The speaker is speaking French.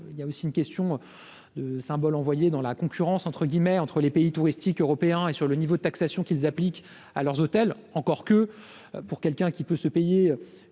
il y a aussi une question de symbole envoyé dans la concurrence entre guillemets entre les pays touristiques européen et sur le niveau de taxation qu'ils appliquent à leurs hôtels, encore que pour quelqu'un qui peut se payer